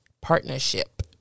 partnership